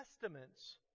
Testaments